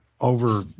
over